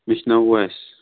مےٚ چھِ ناو اُویس